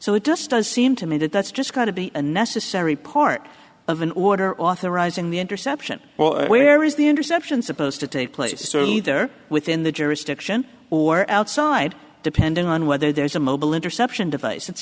so it just does seem to me that that's just going to be a necessary part of an order authorizing the interception well where is the interception supposed to take place certainly there within the jurisdiction or outside depending on whether there's a mobile interception device it's